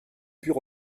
pure